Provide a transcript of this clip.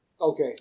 Okay